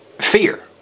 fear